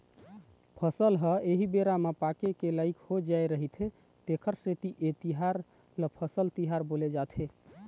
फसल ह एही बेरा म पाके के लइक हो जाय रहिथे तेखरे सेती ए तिहार ल फसल तिहार बोले जाथे